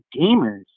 gamers